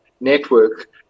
network